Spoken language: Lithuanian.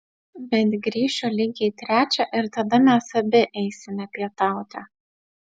bet grįšiu lygiai trečią ir tada mes abi eisime pietauti